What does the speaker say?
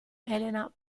elena